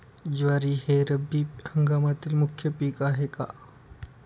ज्वारी हे रब्बी हंगामातील मुख्य पीक आहे का?